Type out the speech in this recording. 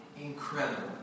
incredible